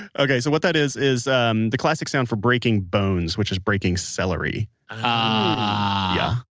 okay. so, what that is is the classic sound for breaking bones, which is breaking celery ah yeah